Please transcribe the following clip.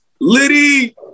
Liddy